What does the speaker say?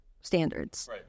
standards